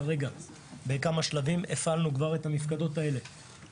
כבר הפעלנו את המפקדות האלה בכמה שלבים,